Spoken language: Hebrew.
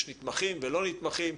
יש נתמכים ולא נתמכים,